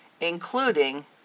including